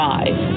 five